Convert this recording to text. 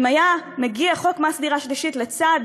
אם היה מגיע חוק מס דירה שלישית לצד